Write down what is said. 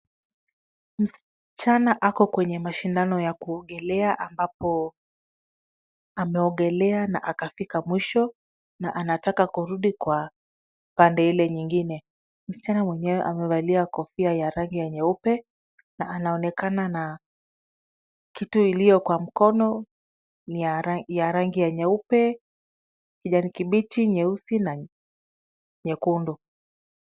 Msichana ako kwenye mashindano ya kuogelea ambapo ameogelea na akafika mwisho na anataka kurudi kwa pande ile nyingine. Msichana mwenyewe amevalia kofia ya rangi ya nyeupe na anaonekana na kitu iliyo kwa mkono ni ya rangi ya nyeupe, kijani kibichi, nyeusi na nyekundu.